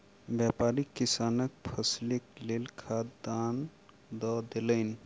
व्यापारी किसानक फसीलक लेल खाद दान दअ देलैन